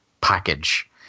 package